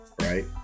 right